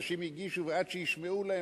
אנשים הגישו ועד שישמעו להם,